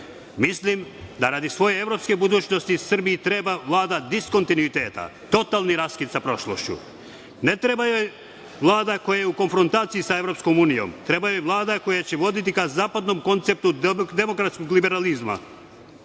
Mislim da, radi svoje evropske budućnosti, Srbiji treba Vlada diskontinuiteta, totalni raskid sa prošlošću. Ne treba joj Vlada koja je u konfrontaciji sa Evropskom unijom, treba joj Vlada koja će voditi ka zapadnom konceptu demokratskog liberalizma,